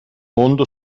mondo